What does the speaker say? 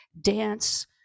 dance